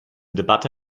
debatte